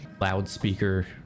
loudspeaker